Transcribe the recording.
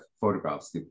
photographs